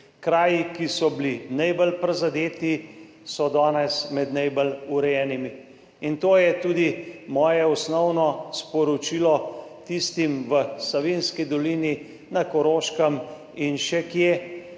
Kraji, ki so bili najbolj prizadeti, so danes med najbolj urejenimi. In to je tudi moje osnovno sporočilo tistim v Savinjski dolini, na Koroškem in še kje